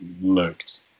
looked